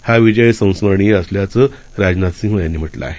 हाविजयसंस्मरणीयअसल्याचंराजनाथसिंहयांनीम्हटलंआहे